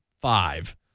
five